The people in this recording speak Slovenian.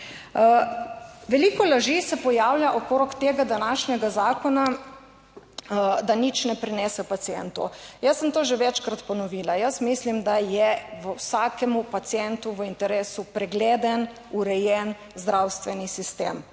Veliko laži se pojavlja okrog tega današnjega zakona, da nič ne prinese pacientu. Jaz sem to že večkrat ponovila. Jaz mislim, da je vsakemu pacientu v interesu pregleden, urejen zdravstveni sistem.